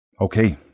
Okay